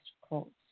quotes